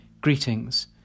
Greetings